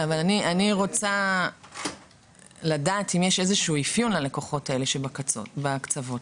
אני רוצה לדעת אם יש אפיון ללקוחות שבקצוות.